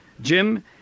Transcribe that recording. Jim